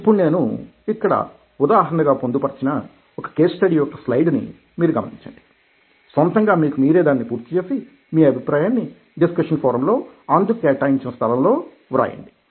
ఇప్పుడు నేను ఇక్కడ ఉదాహరణగా పొందుపరిచిన ఒక కేస్ స్టడీ యొక్క స్లైడ్ ని గమనించండి సొంతంగా మీకు మీరే దానిని పూర్తి చేసి మీ అభిప్రాయాన్ని డిస్కషన్ ఫోరం లో అందుకు కేటాయించిన స్థలంలో వ్రాయండి